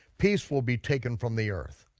peace will be taken from the earth,